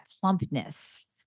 plumpness